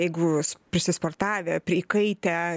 jeigu s prisisportavę pri įkaitę